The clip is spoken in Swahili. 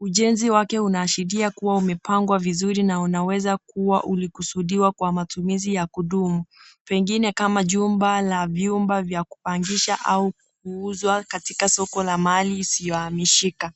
ujenzi wake unaashiria kuwa umepangwa vizuri na unaweza kuwa ulikusudiwa kwa matumizi ya kudumu. Pengine kama jumba la vyumba vya kupangisha au kuuzwa katika soko la mali isiyohamishika.